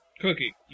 Cookie